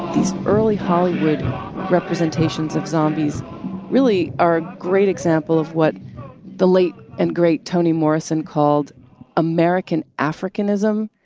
these early hollywood representations of zombies really are a great example of what the late and great toni morrison called american africanism,